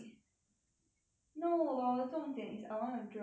no but the 重点 is I want to drive